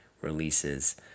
releases